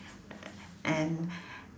and